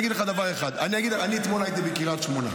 אני אגיד לך דבר אחד: אני הייתי אתמול בקריית שמונה.